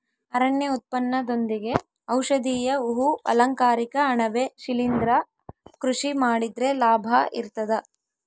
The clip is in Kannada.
ಅರಣ್ಯ ಉತ್ಪನ್ನದೊಂದಿಗೆ ಔಷಧೀಯ ಹೂ ಅಲಂಕಾರಿಕ ಅಣಬೆ ಶಿಲಿಂದ್ರ ಕೃಷಿ ಮಾಡಿದ್ರೆ ಲಾಭ ಇರ್ತದ